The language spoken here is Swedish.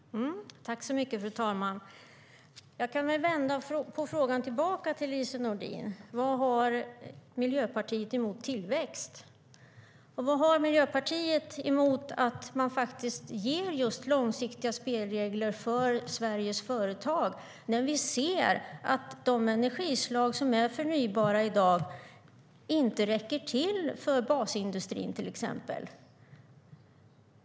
STYLEREF Kantrubrik \* MERGEFORMAT EnergiFru talman! Jag kan vända på det och ställa en fråga tillbaka till Lise Nordin: Vad har Miljöpartiet emot tillväxt? Vad har Miljöpartiet emot att man ger långsiktiga spelregler för Sveriges företag när vi ser att de energislag som är förnybara i dag inte räcker till för till exempel basindustrin?